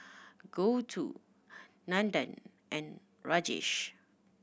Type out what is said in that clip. Gouthu Nandan and Rajesh